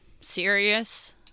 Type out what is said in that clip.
serious